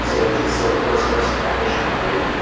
so there's this sort of first-person practitioner view.